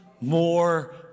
more